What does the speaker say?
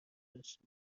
داشته